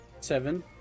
Seven